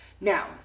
Now